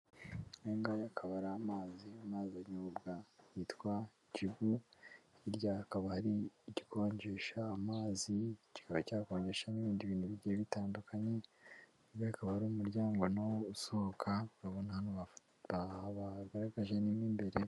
Aya ngaya akaba ari amazi, amazi anyobwa yitwa jibu hirya hakaba hari igikonjesha amazi kikaba cyakonjesha n'ibindi bintu bigiye bitandukanye, uyu nguyu akaba ar'umuryango nawo usohoka urabona aha bagaragaje ni mu imbere.